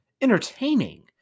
entertaining